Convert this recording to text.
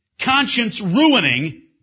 conscience-ruining